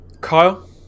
Kyle